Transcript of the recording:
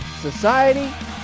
society